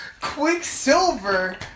Quicksilver